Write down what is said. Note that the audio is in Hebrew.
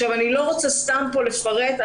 אני לא רוצה סתם לפרט פה,